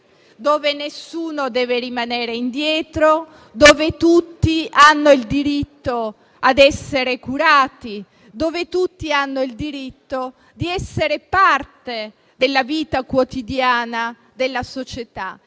dove nessuno deve rimanere indietro, dove tutti hanno il diritto a essere curati e di essere parte della vita quotidiana della società.